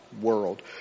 world